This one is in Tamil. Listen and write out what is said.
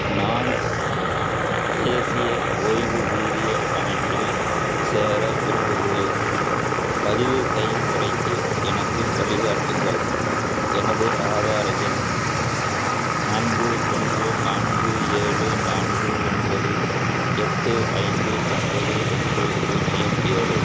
நான் தேசிய ஓய்வு ஊதிய அமைப்பில் சேர விரும்புகிறேன் பதிவு செயல்முறைக்கு எனக்கு வழிகாட்டுங்கள் எனது ஆதார எண் நான்கு ஒன்று நான்கு ஏழு நான்கு ஒன்பது எட்டு ஐந்து ஒன்பது ஒன்று பூஜ்ஜியம் ஏழு